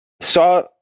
saw